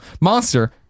Monster